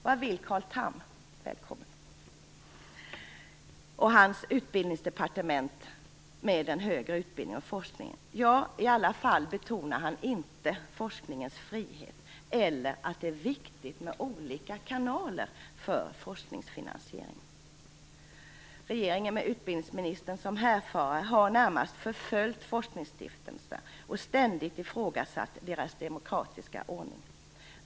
Vad vill Carl Tham och hans utbildningsdepartement med den högre utbildningen och forskningen? Ja, i alla fall betonar han inte forskningens frihet eller att det är viktigt med olika kanaler för forskningsfinansieringen. Regeringen med utbildningsministern som härförare har närmast förföljt forskningsstiftelserna och ständigt ifrågasatt deras demokratiska ordning.